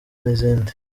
n’izindi